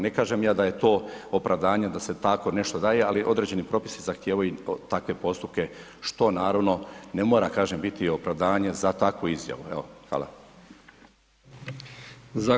Ne kažem ja da je to opravdanje da se tako nešto daje, ali određeni propisi zahtijevaju takve postupke što naravno ne mora kažem biti opravdanje za takvu izjavu, evo hvala.